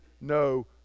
no